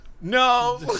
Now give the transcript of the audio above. No